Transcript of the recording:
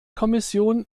kommission